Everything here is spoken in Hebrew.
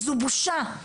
זו בושה.